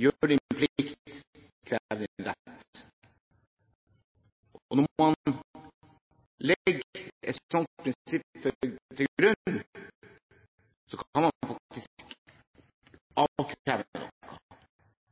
gjør din plikt, krev din rett. Når man legger et sånt prinsipp til grunn, kan man faktisk avkreve noe.